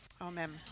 Amen